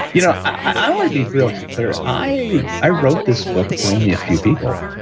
you know i want to be really clear. i i wrote this book for only a few people.